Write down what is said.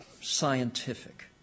scientific